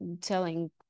telling